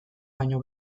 baino